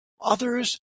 others